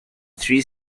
three